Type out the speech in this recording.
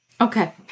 Okay